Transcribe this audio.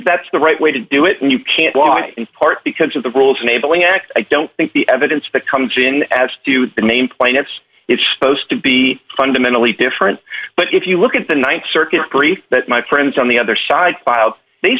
that's the right way to do it and you can't why in part because of the rules in a building act i don't think the evidence comes in as to the main point it's it's supposed to be fundamentally different but if you look at the th circuit free that my friends on the other side filed they